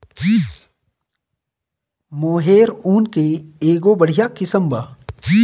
मोहेर ऊन के एगो बढ़िया किस्म बा